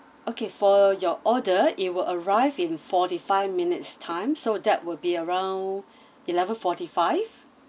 okay for your order it will arrive in forty five minutes time so that will be around eleven forty five